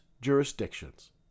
jurisdictions